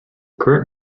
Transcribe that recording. current